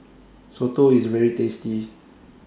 Soto IS very tasty